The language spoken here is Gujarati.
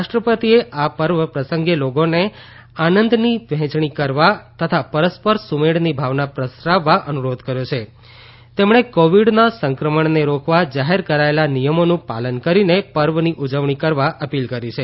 રાષ્ટ્રપતિએ આ પર્વ પ્રસંગે લોકોને આનંદની વહેંચણી કરવા તથા પરસ્પર સુમેળની ભાવના પ્રસરાવવા અનુરોધ કર્યો છે તેમણે કોવિડના સંક્રમણને રોકવા જાહેર કરાયેલા નિયમોનું પાલન કરીને પર્વની ઉજવણી કરવા અપીલ કરી છે